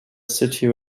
city